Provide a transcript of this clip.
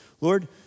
Lord